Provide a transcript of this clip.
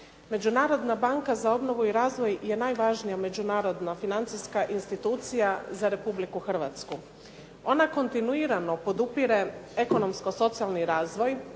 Međunarodna banka za obnovu i razvoj je najvažnija međunarodno financijska institucija za Republiku Hrvatsku. Ona kontinuirano podupire ekonomsko socijalni razvoj,